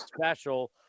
special